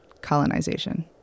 Colonization